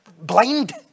blind